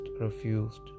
refused